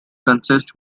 consists